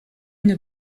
une